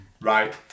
Right